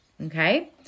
Okay